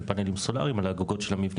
של פאנלים סולריים על הגגות של המבנים.